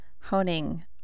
honing